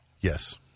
Yes